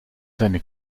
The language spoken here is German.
seine